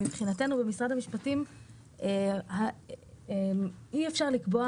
מבחינתנו במשרד המשפטים אי אפשר לקבוע